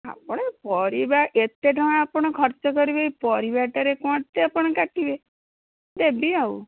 ଆପଣ ପରିବା ଏତେ ଟଙ୍କା ଆପଣ ଖର୍ଚ୍ଚ କରିବେ ଏ ପରିବାଟାରେ କ'ଣ ଆପଣ କାଟିବେ ଦେବି ଆଉ